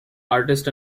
artist